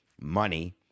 money